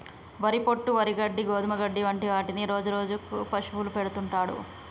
వరి పొట్టు, వరి గడ్డి, గోధుమ గడ్డి వంటి వాటిని రాజు రోజు పశువులకు పెడుతుంటాడు